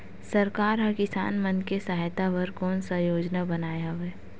सरकार हा किसान मन के सहायता बर कोन सा योजना बनाए हवाये?